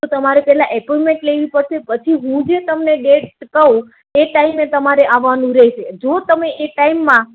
તો તમારે પહેલાં અપોઇન્ટમેન્ટ લેવી પડશે પછી હુ જે તમને ડેટ કહું એ ટાઇમે તમારે આવવાનું રહેશે જો તમે એ ટાઇમમાં